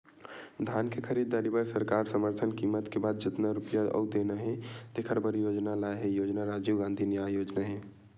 धान के खरीददारी बर सरकार समरथन कीमत के बाद जतना रूपिया अउ देना हे तेखर बर योजना लाए हे योजना राजीव गांधी न्याय योजना हे